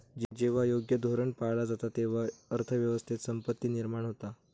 जेव्हा योग्य धोरण पाळला जाता, तेव्हा अर्थ व्यवस्थेत संपत्ती निर्माण होता